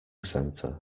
centre